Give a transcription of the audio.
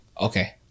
okay